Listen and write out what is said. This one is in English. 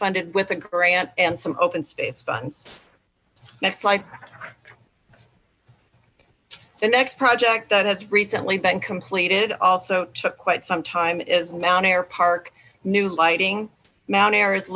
funded with a grant and some open space funds next like the next project that has recently been completed also took quite some time is mount air park new lighting mount a